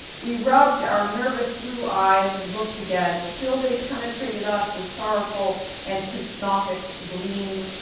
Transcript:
we rubbed our nervous blue eyes and looked again. still they penetrated us with sorrowful and hypnotic gleam.